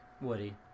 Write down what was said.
Woody